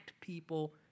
people